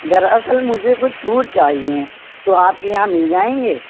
دراصل مجھے کچھ فروٹ چاہیے تو آپ کے یہاں مل جائیں گے